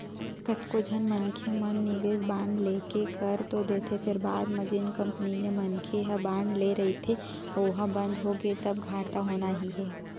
कतको झन मनखे मन निवेस बांड लेके कर तो देथे फेर बाद म जेन कंपनी ले मनखे ह बांड ले रहिथे ओहा बंद होगे तब घाटा होना ही हे